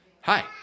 Hi